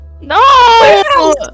No